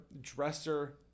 dresser